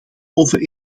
over